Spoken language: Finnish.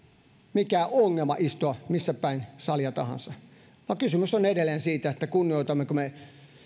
mikään ongelma istua missä päin salia tahansa vaan kysymys on edelleen siitä kunnioitammeko me